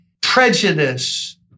prejudice